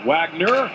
Wagner